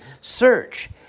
search